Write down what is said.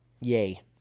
Yay